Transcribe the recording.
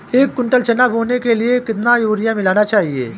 एक कुंटल चना बोने के लिए कितना यूरिया मिलाना चाहिये?